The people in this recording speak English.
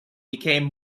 became